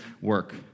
work